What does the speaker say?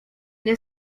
nie